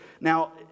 Now